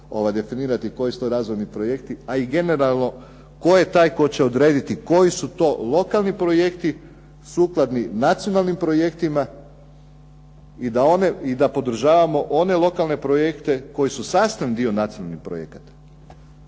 definirati koji su to razvojni projekti, a i generalno tko je taj tko će odrediti koji su to lokalni projekti sukladni nacionalnim projektima i da podržavamo one lokalne projekte koji su sastavni dio nacionalnih projekata.